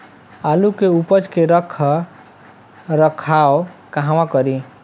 आलू के उपज के रख रखाव कहवा करी?